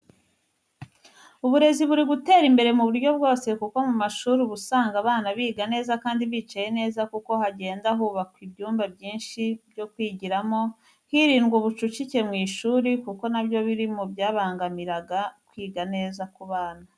Uburezi buri gutera imbere mu buryo bwose, kuko mu mashuri uba usanga abana biga neza kandi bicaye neza kuko hagenda hubakwa ibyumba byinshi byo kwigiramo, hirindwa ubucucike mu ishuri kuko nabyo biri mu byabangamiraga kwiga neza ku bana.